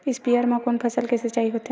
स्पीयर म कोन फसल के सिंचाई होथे?